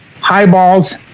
highballs